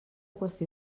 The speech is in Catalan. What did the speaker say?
qüestió